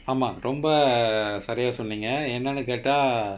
ஆமா ரொம்ப சரியா சொன்னீங்க என்னன்னு கேட்டா:aamaa romba sariyaa sonneenga ennannu kaettaa